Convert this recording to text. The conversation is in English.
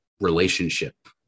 relationship